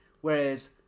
whereas